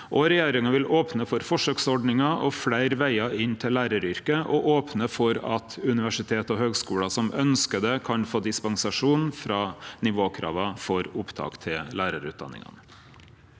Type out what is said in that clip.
Y-vegen – opne for forsøksordningar og fleire vegar inn til læraryrket, og opne for at universitet og høgskular som ønskjer det, kan få dispensasjon frå nivåkrava for opptak til lærarutdanningane